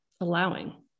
allowing